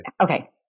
okay